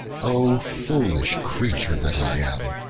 o foolish creature that i am!